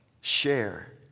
share